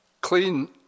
clean